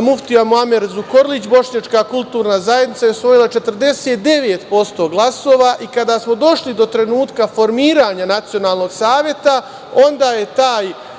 Muftija Muamer Zukorlić – Bošnjačka kulturna zajednica i osvojila 49% glasova i kada smo došli do trenutka formiranja Nacionalnog saveta? Onda je taj